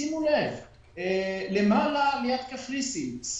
שימו לב, למעלה ליד קפריסין.